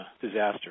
disaster